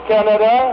Canada